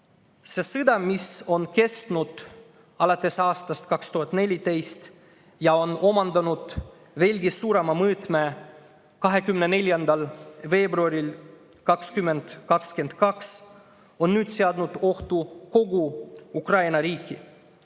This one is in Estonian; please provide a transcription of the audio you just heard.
See sõda, mis on kestnud alates aastast 2014 ja omandas veelgi suuremad mõõtmed 24. veebruaril 2022, on nüüd seadnud ohtu kogu Ukraina riigi.